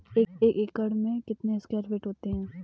एक एकड़ भूमि में कितने स्क्वायर फिट होते हैं?